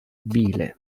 bile